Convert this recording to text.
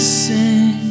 sing